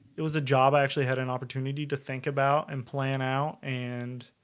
it was a job i actually had an opportunity to think about and plan out and